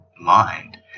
mind